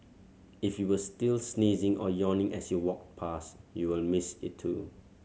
if you were still sneezing or yawning as you walked past you will miss it too